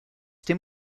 dem